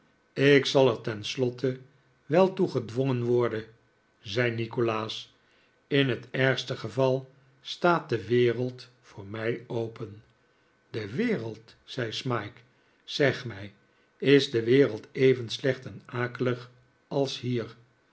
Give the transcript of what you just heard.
ik zal er tenslotte wel toe gedwongen worden zei nikolaas in het ergste geval staat de wereld voor mij open de wereld zei smike zeg mij is de wereld even slecht en akelig als hier